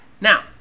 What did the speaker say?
Now